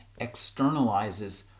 externalizes